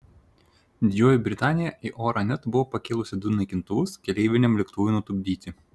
didžioji britanija į orą net buvo pakėlusi du naikintuvus keleiviniam lėktuvui nutupdyti